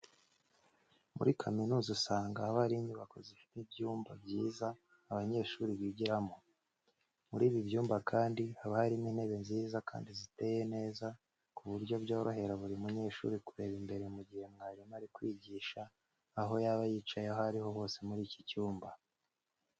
Muri kaminuza usanga haba hari inyubako zifite ibyumba byiza abanyeshuri bigiramo. Muri ibi byumba kandi haba harimo intebe nziza kandi ziteye neza ku buryo byorohera buri munyeshuri kureba imbere mu gihe mwarimu ari kwigisha aho yaba yicaye aho ari hose muri iki cyumba.